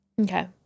Okay